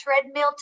treadmill